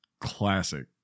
classic